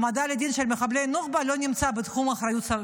העמדה לדין של מחבלי נוח'בה לא נמצאת בתחום האחריות,